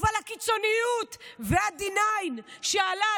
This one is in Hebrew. אבל הקיצוניות וה-D9 שעלה,